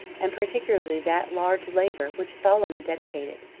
and particularly that large laver which solomon dedicated,